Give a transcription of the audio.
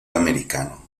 americano